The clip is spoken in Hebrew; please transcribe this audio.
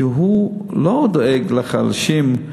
כי הוא לא דואג לחלשים,